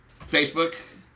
Facebook